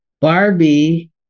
Barbie